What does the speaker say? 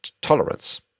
tolerance